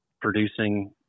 producing